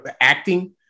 acting